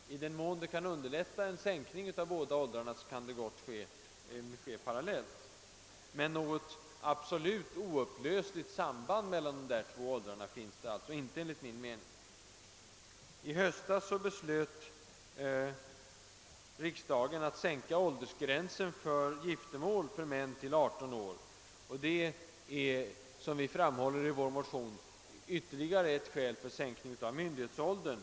I den mån det underlättar kan en sänkning av båda åldrarna gott ske parallellt, men något absolut oupplösligt samband mellan de två åldrarna finns det enligt min mening inte. I höstas beslöt riksdagen att sänka åldersgränsen för giftermål för män till 18 år. Det är, som vi framhåller i vår motion, ytterligare ett skäl för sänkning av myndighetsåldern.